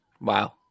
Wow